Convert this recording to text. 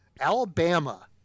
Alabama